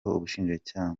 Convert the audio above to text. ubushinjacyaha